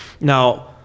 Now